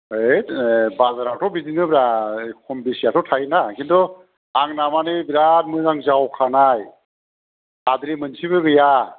हैद बाजारावथ' बिदिनो ब्रा खम बिसिआथ' थायोना खिनथु आंना मानि बिराद मोजां जावखानाय हाद्रि मोनसेबो गैया